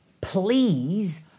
Please